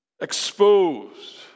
Exposed